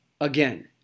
Again